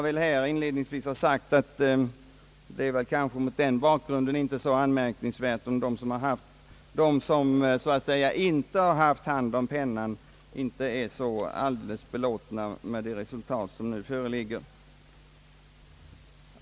Det är mot den bakgrunden kanske inte'så anmärkningsvärt att de som så att säga inte har fört pennan inte är helt belåtna med det resultat som nu föreligger.